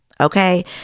okay